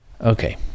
Okay